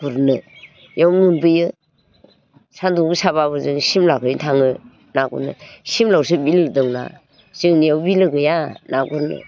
गुरनो बियाव मोनबोयो सान्दुं गोसाबाबो जों सिमलाखै थाङो ना गुरनो सिमलायावसो बिलो दंना जोंनियाव बिलो गैया ना गुरनो